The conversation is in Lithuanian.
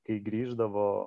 kai grįždavo